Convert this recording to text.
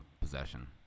possession